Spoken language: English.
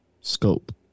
scope